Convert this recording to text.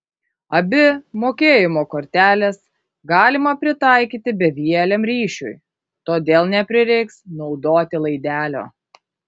abi mokėjimo korteles galima pritaikyti bevieliam ryšiui todėl neprireiks naudoti laidelio